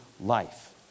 life